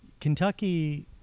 Kentucky